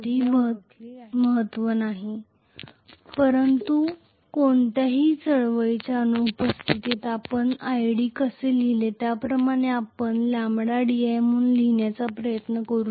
सह उर्जेचे कोणतेही भौतिक महत्त्व नाही परंतु कोणत्याही चळवळीच्या अनुपस्थितीत आपण id कसे लिहिले त्याप्रमाणे आपण 𝜆diम्हणून लिहिण्याचा प्रयत्न करू शकता